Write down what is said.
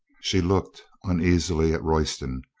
she looked uneasily at royston.